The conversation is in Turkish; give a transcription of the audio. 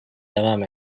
devam